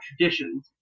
traditions